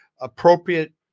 appropriate